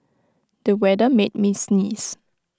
the weather made me sneeze